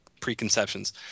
preconceptions